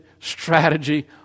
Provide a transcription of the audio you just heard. strategy